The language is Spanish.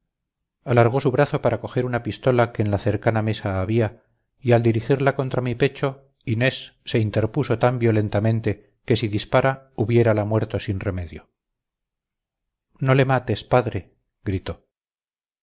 alargó su brazo para coger una pistola que en la cercana mesa había y al dirigirla contra mi pecho inés se interpuso tan violentamente que si dispara hubiérala muerto sin remedio no le mates padre gritó aquel grito